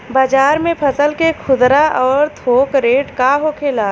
बाजार में फसल के खुदरा और थोक रेट का होखेला?